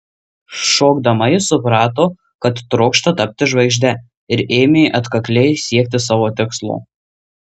šokdama ji suprato kad trokšta tapti žvaigžde ir ėmė atkakliai siekti savo tikslo